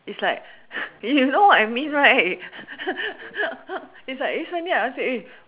you know what I mean right it's like send me your answer eh